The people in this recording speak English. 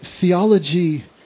theology